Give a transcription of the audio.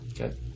Okay